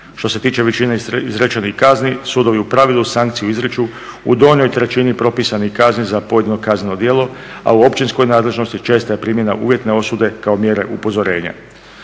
Što se tiče većine izrečenih kazni sudovi u pravilu sankciju izriču u donjoj trećini propisanih kazni za pojedino kazneno djelo, a u općinskoj nadležnosti česta je primjena uvjetne osude kao mjere upozorenja.